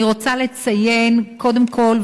אני רוצה לציין קודם כול,